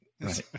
right